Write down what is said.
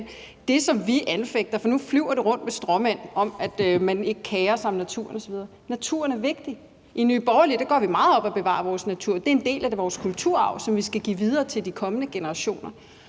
Det, som vi anfægter, vedrører, at det nu flyver rundt med stråmænd om, at man ikke kerer sig om naturen osv. Naturen er vigtig. I Nye Borgerlige går vi meget op i at bevare vores natur; det er en del af vores kulturarv, som vi skal give videre til de kommende generationer.